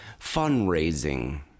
fundraising